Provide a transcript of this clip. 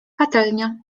patelnia